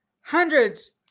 hundreds